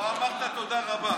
מתחת לכנפיים.